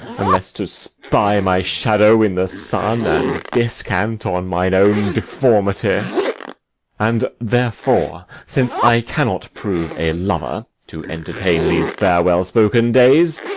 unless to spy my shadow in the sun, and descant on mine own deformity and therefore since i cannot prove a lover, to entertain these fair well-spoken days